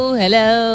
hello